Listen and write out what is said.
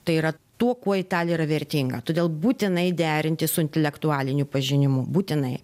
tai yra tuo kuo italija yra vertinga todėl būtinai derinti su intelektualiniu pažinimu būtinai